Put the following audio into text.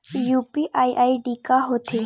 UPI ID का होथे?